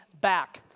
back